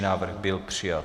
Návrh byl přijat.